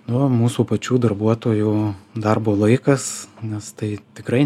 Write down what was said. nu mūsų pačių darbuotojų darbo laikas nes tai tikrai